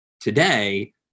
today